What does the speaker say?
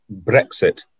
Brexit